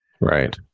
Right